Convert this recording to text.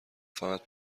فقط